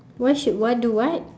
what should what do what